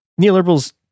neoliberals